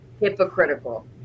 Hypocritical